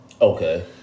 Okay